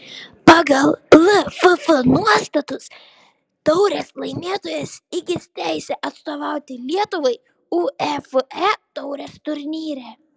pagal lff nuostatus taurės laimėtojas įgis teisę atstovauti lietuvai uefa taurės turnyre